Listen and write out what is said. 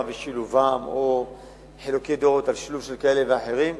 ושילובם או חילוקי דעות על שילובים כאלה ואחרים.